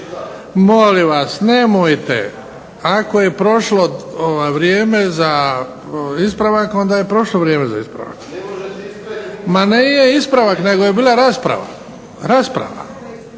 Molim vas, nemojte. Ako je prošlo vrijeme za ispravak onda je prošlo vrijeme za ispravak. … /Upadica se ne razumije./… Ma nije ispravak